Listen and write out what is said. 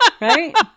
Right